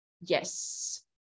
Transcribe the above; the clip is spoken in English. yes